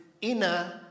inner